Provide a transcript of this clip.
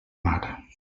mar